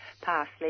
parsley